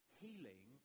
healing